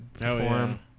perform